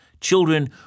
children